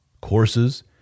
courses